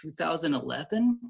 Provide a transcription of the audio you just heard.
2011